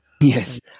Yes